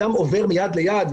אדם עובר מיד ליד,